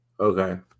Okay